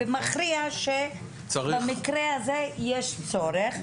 ומכריע שבמקרה הזה יש צורך,